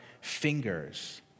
fingers